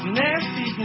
nasty